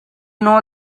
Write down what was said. know